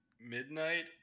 Midnight